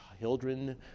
children